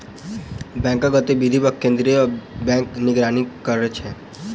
बैंकक गतिविधि पर केंद्रीय बैंक निगरानी करै छै